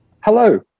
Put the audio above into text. Hello